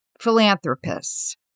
philanthropists